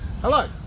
Hello